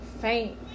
faint